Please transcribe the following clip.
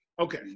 Okay